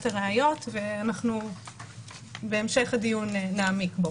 הראיות ואנחנו בהמשך הדיון נעמיק בו.